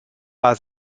war